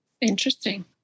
Interesting